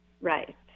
right